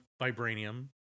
vibranium